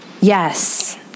Yes